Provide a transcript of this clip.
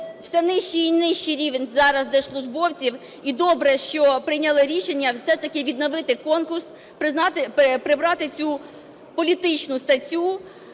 Все нижчий і нижчий рівень зараз держслужбовців і добре, що прийняли рішення все ж таки відновити конкурс, прибрати цю політичну статтю